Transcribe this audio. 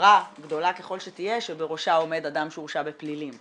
חברה גדולה ככל שתהיה שבראשה עומד אדם שהורשע בפלילים.